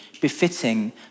befitting